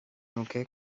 nuke